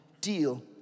deal